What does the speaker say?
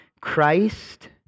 Christ